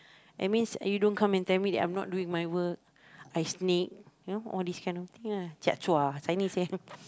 that means you don't come and tell me that I'm not doing my work I snake you know all these kind of thing ah jiak zhua Chinese say